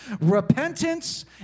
Repentance